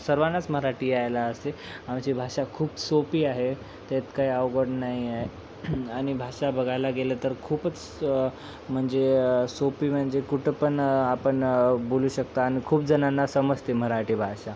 सर्वांनाच मराठी यायला असते आमची भाषा खूप सोपी आहे तेच काही अवघड नाही आहे आणि भाषा बघायला गेलं तर खूपच म्हणजे सोपी म्हणजे कुठंपण आपण बोलू शकतो आणि खूप जणांना समजते मराठी भाषा